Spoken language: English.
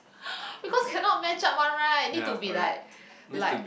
because cannot match up one right need to be like like